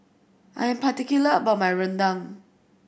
I'm particular about my Rendang